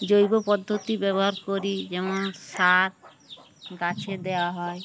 জৈব পদ্ধতি ব্যবহার করি যেমন শাক গাছে দেওয়া হয়